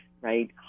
right